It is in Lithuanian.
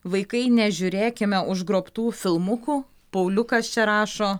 vaikai nežiūrėkime užgrobtų filmukų pauliukas čia rašo